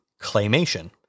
Claymation